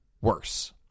worse